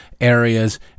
areas